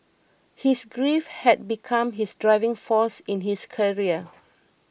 his grief had become his driving force in his career